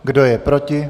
Kdo je proti?